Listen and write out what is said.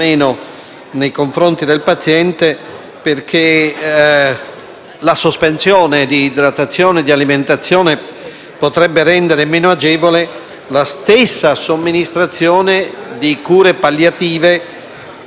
la sospensione di idratazione e alimentazione potrebbe rendere meno agevole la stessa somministrazione di cure palliative e di sedazione del dolore. Si può quindi